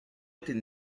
était